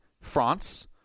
France